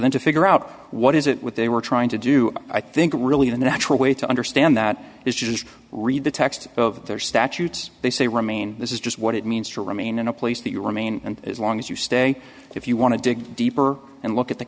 then to figure out what is it with they were trying to do i think really the natural way to understand that is just read the text of their statutes they say remain this is just what it means to remain in a place that you remain and as long as you stay if you want to dig deeper and look at the